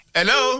Hello